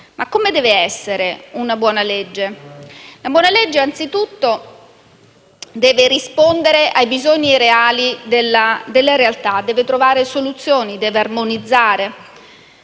Ma come deve essere una buona legge? Una buona legge, anzitutto, deve rispondere ai bisogni reali; deve trovare soluzioni e armonizzare;